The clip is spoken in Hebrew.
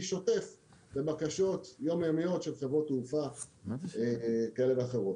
שוטף בבקשות יום יומיות של חברות תעופה כאלה ואחרות.